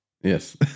Yes